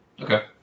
Okay